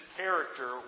character